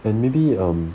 and maybe um